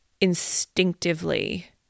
instinctively